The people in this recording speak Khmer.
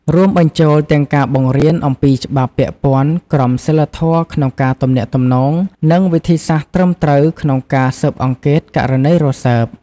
រួមបញ្ចូលទាំងការបង្រៀនអំពីច្បាប់ពាក់ព័ន្ធ ក្រមសីលធម៌ក្នុងការទំនាក់ទំនង និងវិធីសាស្រ្តត្រឹមត្រូវក្នុងការស៊ើបអង្កេតករណីរសើប។